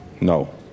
No